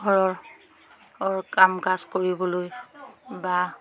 ঘৰৰ কাম কাজ কৰিবলৈ বা